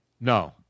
No